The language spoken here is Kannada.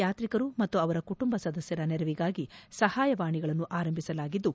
ಯಾತ್ರಿಕರು ಮತ್ತು ಅವರ ಕುಟುಂಬ ಸದಸ್ಯರ ನೆರವಿಗಾಗಿ ಸಹಾಯವಾಣಿಗಳನ್ನು ಆರಂಭಿಸಲಾಗಿದ್ದು